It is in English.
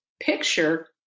picture